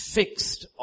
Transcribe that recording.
fixed